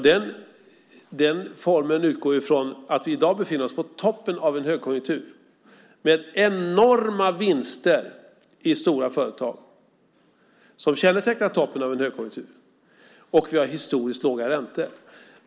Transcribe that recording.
Det utgår från att vi i dag befinner oss på toppen av en högkonjunktur med enorma vinster i stora företag, vilket kännetecknar toppen på en högkonjunktur. Och vi har historiskt låga räntor.